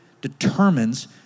determines